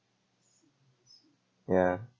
ya